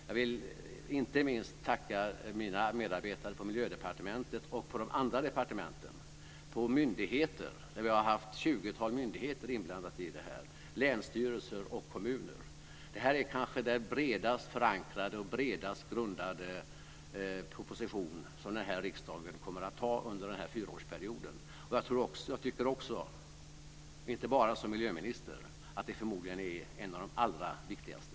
Inte minst vill jag tacka mina medarbetare på Miljödepartementet och på de andra departementen, på myndigheter - ett tjugotal myndigheter har varit inblandade i det här - samt på länsstyrelser och i kommuner. Det här är kanske den bredast förankrade och bredast grundade proposition som denna riksdag tar under den här fyraårsperioden. Jag vill också säga, och då inte bara i egenskap av miljöminister, att den förmodligen är en av de allra viktigaste.